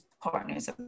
partners